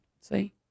See